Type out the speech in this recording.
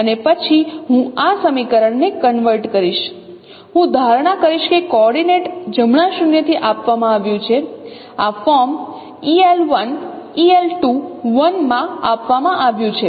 અને પછી હું આ સમીકરણને કન્વર્ટ કરીશ હું ધારણા કરીશ કે કોઓર્ડિનેટ જમણા શૂન્યથી આપવામાં આવ્યું છે આ ફોર્મ eL1 eL2 1 માં આપવામાં આવ્યું છે